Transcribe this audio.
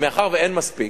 מאחר שאין מספיק,